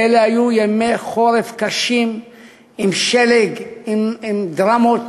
אלה היו ימי חורף קשים עם שלג, עם דרמות